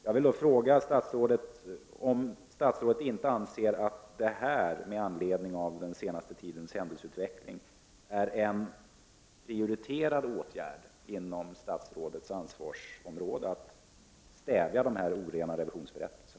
Jag vill då fråga statsrådet: Anser inte statsrådet att det, med anledning av den senaste tidens händelseutveckling, borde vara en prioriterad åtgärd inom statsrådets ansvarsområde att stävja utvecklingen i fråga om dessa orena revionsberättelser?